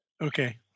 okay